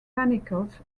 panicles